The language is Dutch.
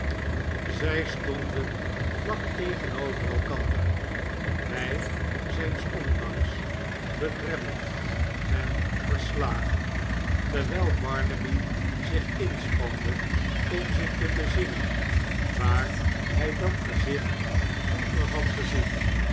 zij stonden vlak tegenover elkander hij zijns ondanks bedremmeld en verslagen terwijl barnaby zich inspande om zich te bezinnen waar hij dat gezicht vroeger had gezien